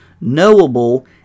knowable